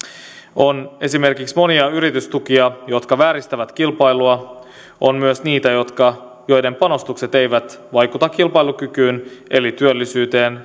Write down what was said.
on esimerkiksi monia yritystukia jotka vääristävät kilpailua on myös niitä joiden panostukset eivät vaikuta kilpailukykyyn tai työllisyyteen